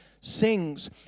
Sings